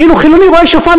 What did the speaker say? כאילו חילוני רואה שפן,